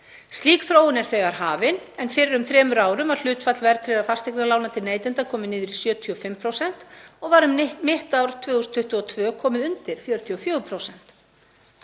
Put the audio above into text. Slík þróun er þegar hafin en fyrir um þremur árum var hlutfall verðtryggðra fasteignalána til neytenda komið niður í 75% og var um mitt ár 2022 komið undir 44%.